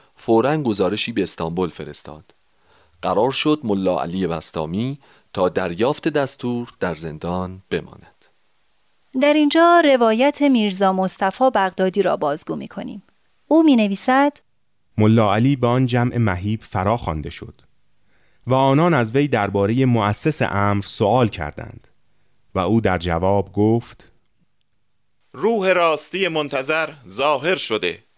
فوراً گزارشی به استانبول فرستاد. قرار شد ملا علی بستامی تا دریافت دستور در زندان بماند. در اینجا روایت میرزا مصطفی بغدادی را بازگو می‌کنیم. او می‌نویسد: ملا علی به آن جمع مهیب فراخوانده شد. و آنان از وی درباره مؤسس امر سؤال کردند. و او در جواب گفت: روح راستی منتظر ظاهر شده.